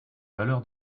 valeur